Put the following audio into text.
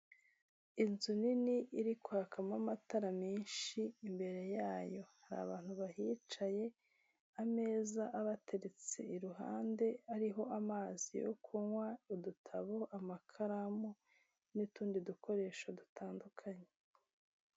Inzu nini iri kwakamo amatara menshi imbere yayo hari abantu bahicaye, ameza abateretse iruhande ariho amazi yo kunywa, udutabo, amakaramu n'utundi dukoresho dutandukanye.